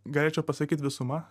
galėčiau pasakyt visuma